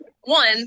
one